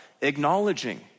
acknowledging